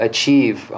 Achieve